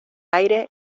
aire